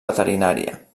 veterinària